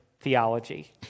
theology